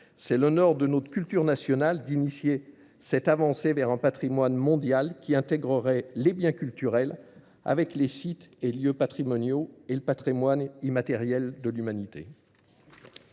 C'est l'honneur de notre culture nationale d'initier cet avancé vers un patrimoine mondial qui intégrerait les biens culturels avec les sites et lieux patrimoniaux et le patrimoine immatériel de l'humanité.